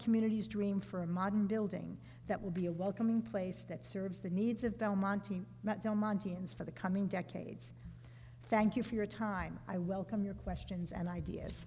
communities dream for a modern building that will be a welcoming place that serves the needs of belmonte metro monte and for the coming decades thank you for your time i welcome your questions and ideas